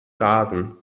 rasen